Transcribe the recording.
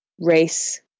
race